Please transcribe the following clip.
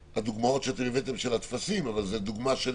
דוגמאות הטפסים שהבאתם אבל זו דוגמה של